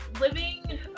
living